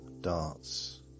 darts